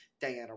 Diana